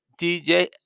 DJ